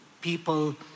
people